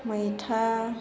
मैथा